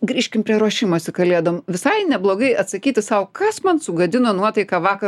grįžkim prie ruošimosi kalėdom visai neblogai atsakyti sau kas man sugadino nuotaiką vakar